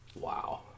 Wow